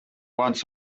once